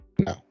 No